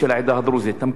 המקומות הכי קדושים,